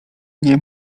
nie